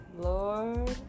Lord